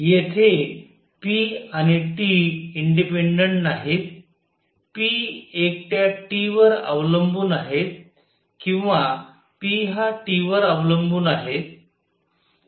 येथे p आणि T independent नाहीत p एकट्या T वर अवलंबून आहेत किंवा p हा T वर अवलंबून आहेत